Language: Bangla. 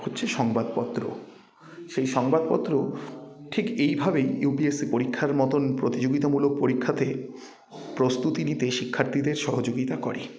হচ্ছে সংবাদপত্র সেই সংবাদপত্র ঠিক এইভাবেই ইউপিএসসি পরীক্ষার মতন প্রতিযোগিতামূলক পরীক্ষাতে প্রস্তুতি নিতে শিক্ষার্থীদের সহযোগিতা করে